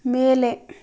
ಮೇಲೆ